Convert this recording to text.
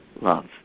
love